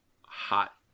hot